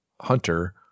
hunter